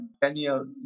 Daniel